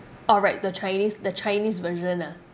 all right the chinese the chinese version ah